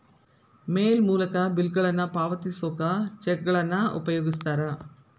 ಮೇಲ್ ಮೂಲಕ ಬಿಲ್ಗಳನ್ನ ಪಾವತಿಸೋಕ ಚೆಕ್ಗಳನ್ನ ಉಪಯೋಗಿಸ್ತಾರ